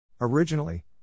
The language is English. Originally